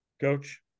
Coach